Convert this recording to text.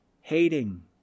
hating